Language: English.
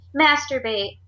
Masturbate